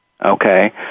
Okay